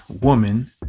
woman